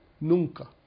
nunca